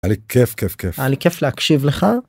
היה לי כיף כיף כיף. היה לי כיף להקשיב לך.